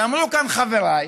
ואמרו כאן חבריי,